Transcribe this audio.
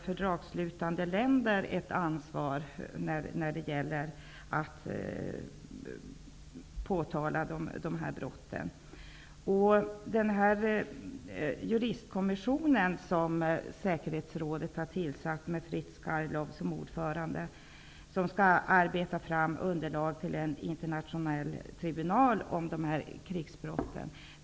Fördragsslutande länder har ju ett ansvar när det gäller att påtala dessa brott. Säkerhetsrådet har uppdragit åt Juristkommissionen, med Fritz Karlshov som ordförande, att arbeta fram underlag till en internationell tribunal om dessa krigsbrott.